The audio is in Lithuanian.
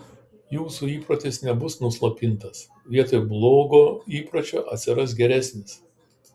jūsų įprotis nebus nuslopintas vietoj blogo įpročio atsiras geresnis